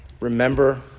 remember